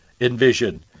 envision